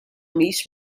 mhijiex